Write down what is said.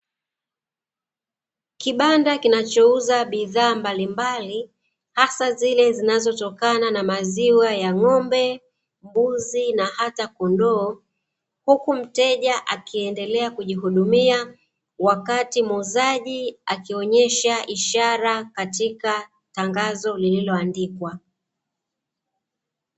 Kibanda kinachouza bidhaa mbalimbali hasa zile zinazotokana na maziwa ya ng'ombe, mbuzi, na hata kondoo. Huku mteja akiendelea kujihudumia, wakati muuzaji akionyesha ishara katika tangazo lililoandikwa.